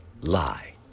lie